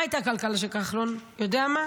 מה הייתה הכלכלה של כחלון, יודע מה?